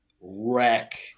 wreck